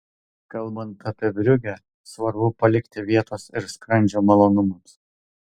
kalbant apie briugę svarbu palikti vietos ir skrandžio malonumams